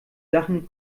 sachen